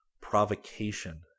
provocation